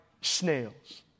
snails